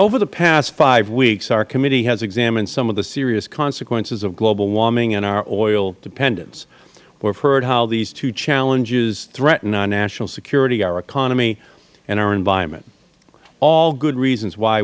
over the past five weeks our committee has examined some of the serious consequences of global warming and our oil dependence we have heard how these two challenges threaten our national security our economy and our environment all good reasons why